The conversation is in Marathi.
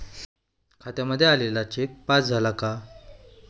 खात्यामध्ये आलेला चेक पास झाला का?